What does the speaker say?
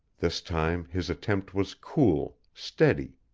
this time his attempt was cool, steady,